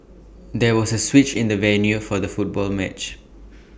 there was A switch in the venue for the football match